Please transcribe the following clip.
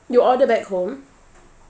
you ordered back home